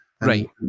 Right